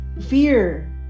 Fear